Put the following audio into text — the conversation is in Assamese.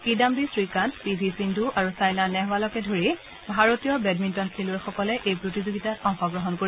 কিদাম্বি শ্ৰীকান্ত পি ভি সিন্ধু আৰু ছাইনা নেহৱালকে ধৰি ভাৰতীয় বেডমিণ্টন খেলুৱৈসকলে এই প্ৰতিযোগিতাত অংশগ্ৰহণ কৰিব